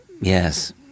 Yes